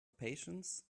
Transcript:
patience